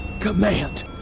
command